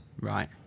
right